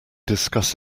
discuss